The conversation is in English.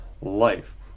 life